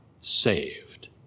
saved